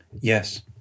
Yes